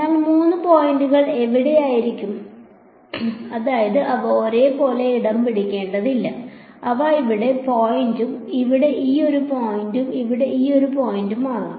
എന്നാൽ ഈ പോയിന്റുകൾ എവിടെയും ആയിരിക്കാം അതായത് അവ ഒരേപോലെ ഇടം പിടിക്കേണ്ടതില്ല അവ ഇവിടെ ഒരു പോയിന്റും ഇവിടെ ഒരു പോയിന്റും ഇവിടെ ഒരു പോയിന്റും ആകാം